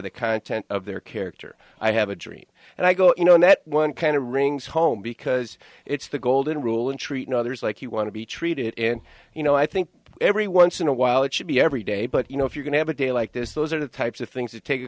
the content of their character i have a dream and i go in knowing that one kind of rings home because it's the golden rule and treat others like you want to be treated and you know i think every once in a while it should be every day but you know if you're going to have a day like this those are the types of things that take a